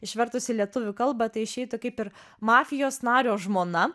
išvertus į lietuvių kalbą tai išeitų kaip ir mafijos nario žmona